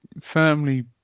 firmly